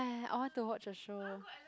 !hais! I want to watch a show